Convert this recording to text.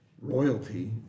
royalty